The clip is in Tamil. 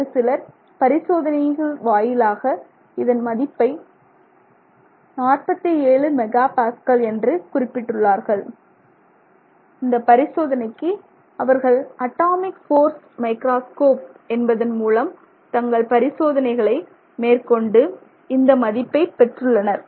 ஒரு சிலர் பரிசோதனைகள் வாயிலாக இதன் மதிப்பை 47 மெகா பாஸ்கல் என்று குறிப்பிட்டுள்ளார்கள் இந்தப் பரிசோதனைக்கு அவர்கள் அட்டாமிக் போர்ஸ் மைக்ராஸ்கோப் என்பதன் மூலம் தங்கள் பரிசோதனைகள் மேற்கொண்டு இந்த மதிப்பை பெற்றுள்ளனர்